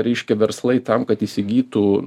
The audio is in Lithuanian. reiškia verslai tam kad įsigytų